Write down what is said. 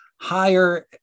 higher